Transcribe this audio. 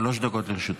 שלוש דקות לרשותך.